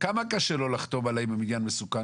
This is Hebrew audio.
כמה קשה לו לחתום שהבניין מסוכן.